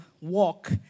walk